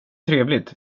trevligt